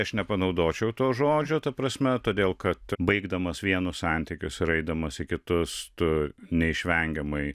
aš nepanaudočiau to žodžio ta prasme todėl kad baigdamas vienus santykius ir eidamas į kitus tu neišvengiamai